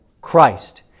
Christ